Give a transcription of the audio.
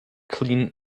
clean